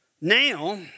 Now